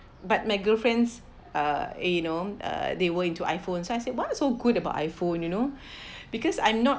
but my girlfriends uh you know uh they were into iPhone so I said what so good about iPhone you know because I'm not